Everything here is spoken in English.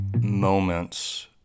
moments